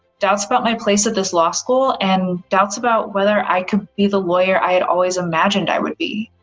doubts about my place at this law school, and doubts about whether i could be the lawyer i had always imagined i would be.